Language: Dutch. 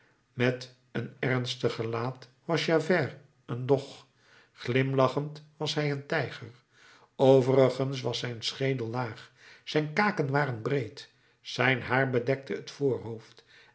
met een ernstig gelaat was javert een dog glimlachend was hij een tijger overigens was zijn schedel laag zijn kaken waren breed zijn haar bedekte het voorhoofd